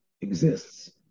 exists